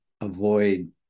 avoid